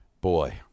Boy